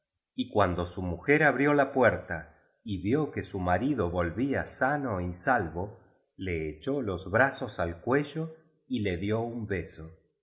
y cuando su mujer abrió la puerta y vio que su marido volvía sano y salvo le echó los brazos al cuello y le dio un beso